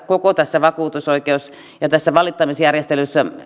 koko tässä vakuutusoikeus ja tässä valittamisjärjestelmässä